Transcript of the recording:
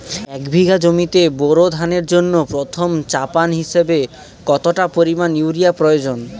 এক বিঘা জমিতে বোরো ধানের জন্য প্রথম চাপান হিসাবে কতটা পরিমাণ ইউরিয়া প্রয়োজন?